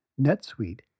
NetSuite